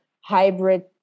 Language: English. hybrid